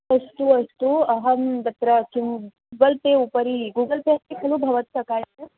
अस्तु अस्तु अहं तत्र किं गूगल् पे उपरि गूगल् पे अस्ति खलु भवत्सकाशे